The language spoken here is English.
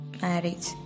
marriage